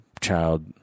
child